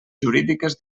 jurídiques